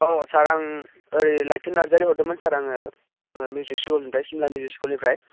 औ सार आं ओरै लाइथुन नारजारि हरदोंमोन सार आङो मिउजिक स्कुलनिफ्राय सिमला मिउजिक स्कुलनिफ्राय